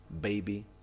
baby